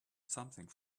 something